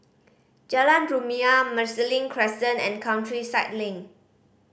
Jalan Rumia Marsiling Crescent and Countryside Link